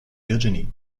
virginie